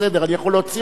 אני יכול להוציא אותו.